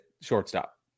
shortstop